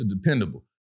Dependable